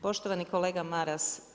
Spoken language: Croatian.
Poštovani kolega Maras.